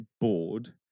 bored